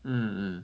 嗯